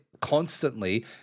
constantly